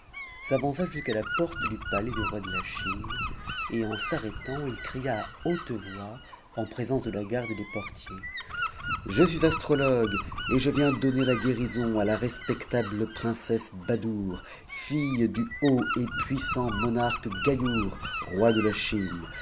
s'avança jusqu'à la porte du palais du roi de la chine et en s'arrêtant il cria à haute voix en présence de la garde et des portiers je suis astrotogue et je viens donner la guérison à la respectable princesse badoure fille du haut et puissant monarque gaiour roi de la chine